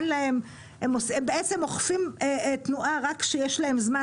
הם בעצם אוכפים תנועה רק כשיש להם זמן